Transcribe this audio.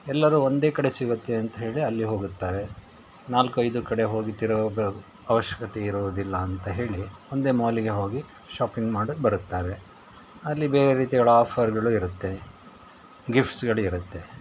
ಎಲ್ಲರೂ ಒಂದೇ ಕಡೆ ಸಿಗುತ್ತೆ ಅಂತ ಹೇಳಿ ಅಲ್ಲಿ ಹೋಗುತ್ತಾರೆ ನಾಲ್ಕು ಐದು ಕಡೆ ಹೋಗಿ ತಿರುಗುವ ಅವಶ್ಯಕತೆ ಇರೋದಿಲ್ಲ ಅಂತ ಹೇಳಿ ಒಂದೇ ಮಾಲಿಗೆ ಹೋಗಿ ಶಾಪಿಂಗ್ ಮಾಡಿ ಬರುತ್ತಾರೆ ಅಲ್ಲಿ ಬೇರೆ ರೀತಿಗಳ ಆಫರ್ಗಳು ಇರುತ್ತೆ ಗಿಫ್ಟ್ಸ್ಗಳು ಇರುತ್ತೆ